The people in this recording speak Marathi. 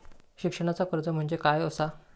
शिक्षणाचा कर्ज म्हणजे काय असा?